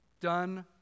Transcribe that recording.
done